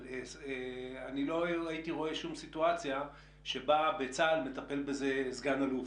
אבל אני לא הייתי רואה שום סיטואציה שבה בצה"ל מטפל בזה סגן אלוף.